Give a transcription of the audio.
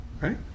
right